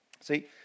See